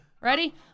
Ready